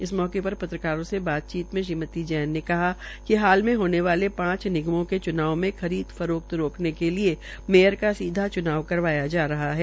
इस मौके पर पत्रकारों से बातचीत मे श्रीमती जैन ने कहा कि हाल मे होने वाले पांच निगमों के च्नाव में खरीद फरोख्त रोकने के लिए मेयर का सीधा च्नाव कराया जा रहा है